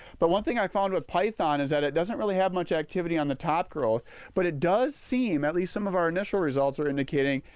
but one thing i found with python is that it doesn't really have much activity on the top growth but it does seem, at least some of our initial results are indicating,